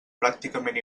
pràcticament